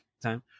time